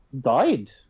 died